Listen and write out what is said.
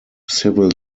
civil